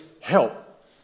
help